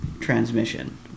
transmission